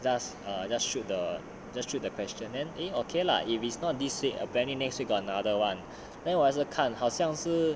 just err just shoot the just shoot the question then okay lah if it's not this week apparently next week got another one then 我也是有看好像是